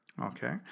okay